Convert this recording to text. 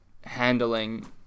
handling